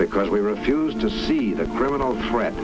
because we refused to see the criminal threat